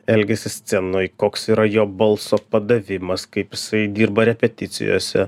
elgiasi scenoj koks yra jo balso padavimas kaip jisai dirba repeticijose